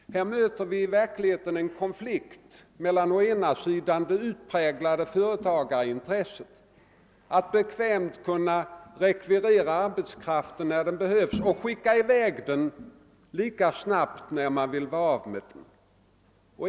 Här möter vi i själva verket en konflikt med det utpräglade företagarintresset att bekvämt kunna rekvirera arbetskraften när den behövs och skicka i väg den lika snabbt när man vill bli av med den.